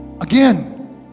Again